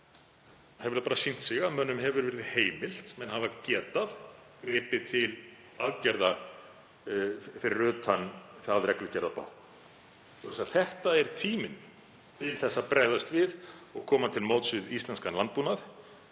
hefur það bara sýnt sig að mönnum hefur verið það heimilt, menn hafa getað gripið til aðgerða fyrir utan það reglugerðarbákn. Svoleiðis að þetta er tíminn til að bregðast við og koma til móts við íslenskan landbúnað.